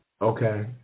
okay